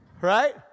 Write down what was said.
right